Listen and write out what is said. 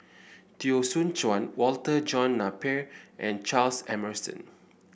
Teo Soon Chuan Walter John Napier and Charles Emmerson